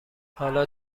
حالا